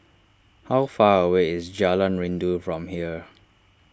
how far away is Jalan Rindu from here